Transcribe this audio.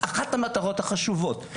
אחת המטרות החשובות.